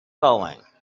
going